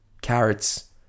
Carrots